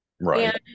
Right